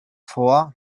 vor